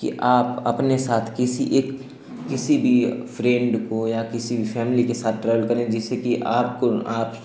कि आप अपने साथ किसी एक किसी भी फ़्रेन्ड को या किसी फ़ैमिली के साथ ट्रैवल करें जिससे कि आपको आप